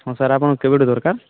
ହଁ ସାର୍ ଆପଣଙ୍କ କେବେଠୁ ଦରକାର